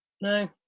no